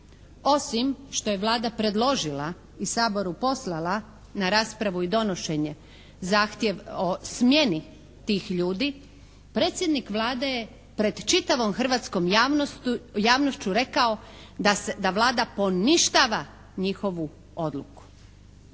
Osim što je Vlada predložila i Saboru poslala na raspravu i donošenje zahtjev o smjeni tih ljudi predsjednik Vlade je pred čitavom hrvatskom javnošću rekao da Vlada poništava njihovu odluku.